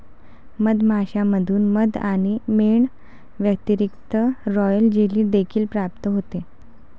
मधमाश्यांमधून मध आणि मेण व्यतिरिक्त, रॉयल जेली देखील प्राप्त होते